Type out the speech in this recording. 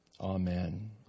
amen